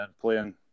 playing